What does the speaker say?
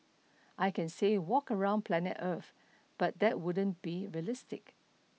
I can say walk around planet earth but that wouldn't be realistic